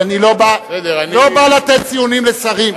אני לא בא לתת ציונים לשרים.